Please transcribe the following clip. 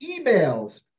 emails